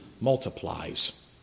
multiplies